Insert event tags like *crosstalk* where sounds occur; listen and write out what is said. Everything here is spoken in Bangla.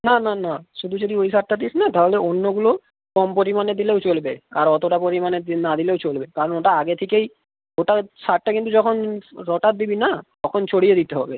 না না না শুধু যদি ওই সারটা দিস না তাহলে অন্যগুলো কম পরিমাণে দিলেও চলবে আর অতটা পরিমাণে *unintelligible* না দিলেও চলবে কারণ ওটা আগে থেকেই ওটা সারটা কিন্তু যখন রটার দিবি না তখন ছড়িয়ে দিতে হবে